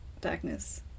darkness